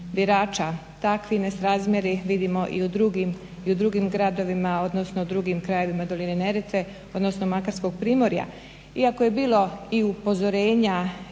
Takvi nesrazmjere vidimo i u drugim gradovima, odnosno drugim krajevima doline Neretve, odnosno Makarskog primorja. Iako je bilo i upozorenja,